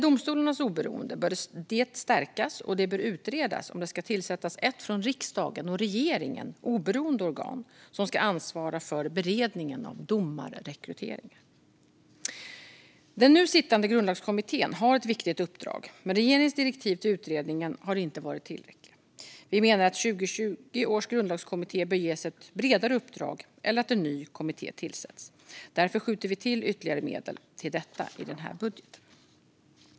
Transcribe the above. Domstolarnas oberoende bör stärkas, och det bör utredas om det ska tillsättas ett från riksdagen och regeringen oberoende organ som ska ansvara för beredningen av domarrekryteringar. Den nu sittande grundlagskommittén har ett viktigt uppdrag, men regeringens direktiv till utredningen har inte varit tillräckliga. Vi menar att 2020 års grundlagskommitté bör ges ett bredare uppdrag eller att en ny kommitté bör tillsättas. Därför skjuter vi till ytterligare medel till detta i den här budgeten.